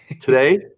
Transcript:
Today